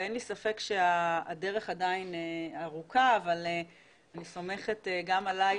אין לי ספק שהדרך עדיין ארוכה אבל אני סומכת גם עליך